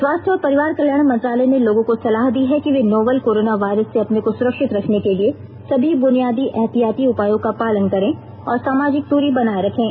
स्वास्थ्य और परिवार कल्याण मंत्रालय ने लोगों को सलाह दी है कि वे नोवल कोरोना वायरस से अपने को सुरक्षित रखने के लिए सभी बुनियादी एहतियाती उपायों का पालन करें और सामाजिक दूरी बनाए रखें